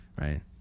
right